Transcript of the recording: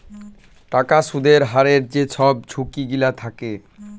টাকার সুদের হারের যে ছব ঝুঁকি গিলা থ্যাকে